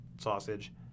sausage